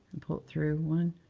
and pull it through. one,